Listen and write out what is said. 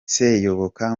seyoboka